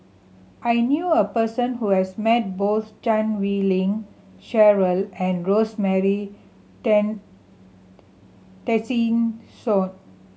I knew a person who has met both Chan Wei Ling Cheryl and Rosemary Tessensohn